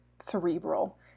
cerebral